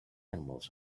animals